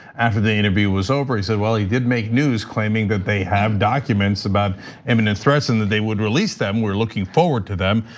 after the interview was over, he said, well, he did make news claiming that they have documents about imminent threats and that they would release them, we're looking forward to them.